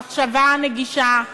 המחשבה הנגישה,